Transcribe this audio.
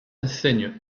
enseigne